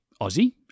aussie